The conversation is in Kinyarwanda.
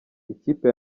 ikipe